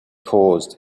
paused